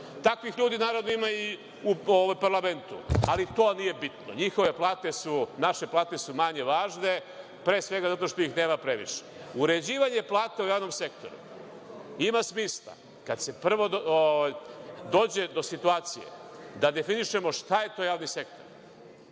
Takvih ljudi, naravno, ima o u parlamentu, ali to nije bitno. NJihove plate, naše plate su manje važne, pre svega zato što ih nema previše. Uređivanje plate u javnom sektoru ima smisla kada se prvo dođe do situacije da definišemo šta je to javni sektor.